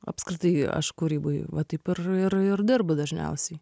apskritai aš kūryboj va taip ir ir ir dirbu dažniausiai